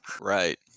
right